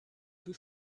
peu